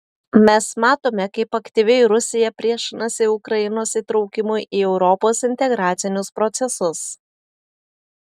mes matome kaip aktyviai rusija priešinasi ukrainos įtraukimui į europos integracinius procesus